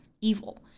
evil